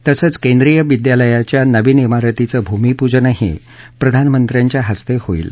तसंच केंद्रीय विद्यालयाच्या नवीन मारतीचं भूमीपूजनही प्रधानमंत्र्यांच्या हस्ते होईल